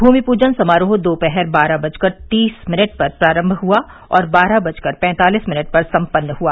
भूमि पूजन समारोह दोपहर बारह बजकर तीस मिनट पर प्रारंभ हुआ और बारह बजकर पैंतालीस मिनट पर सम्पन्न हुआ